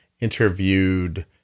interviewed